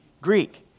Greek